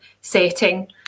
setting